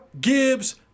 Gibbs